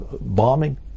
bombing